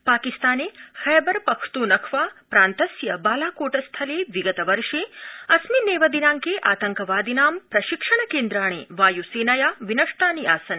पाकिस्ताने खैबर पख्तूनख्वा प्रान्तस्य बालाकोट स्थले विगतवर्षे अस्मिन्नेव दिनांके आतंकवादिनां प्रशिक्षण केन्द्राणि वाय्सेनया विनष्टानि आसन्